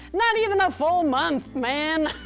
not even a full month, man.